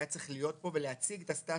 היה צריך להיות פה ולהציג את הסטטוס.